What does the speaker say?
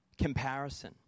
comparison